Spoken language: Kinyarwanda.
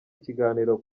ikiganiro